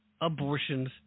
abortions